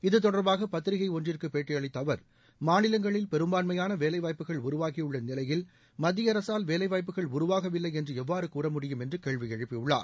இது தொடர்பாக பத்திரிகை ஒன்றுக்கு பேட்டியளித்த அவர் மாநிலங்களில் பெரும்பான்மையான வேலைவாய்ப்புகள் உருவாகியுள்ள நிலையில் மத்திய அரசால் வேலைவாய்ப்புகள் உருவாகவில்லை என்று எவ்வாறு கூறமுடியும் என்று கேள்வி எழுப்பியுள்ளார்